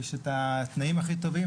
יש את התנאים הכי טובים,